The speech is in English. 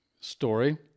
story